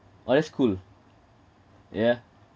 oh that's cool yeah